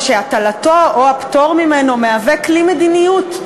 שהטלתו או הפטור ממנו מהווה כלי מדיניות.